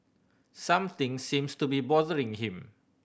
something seems to be bothering him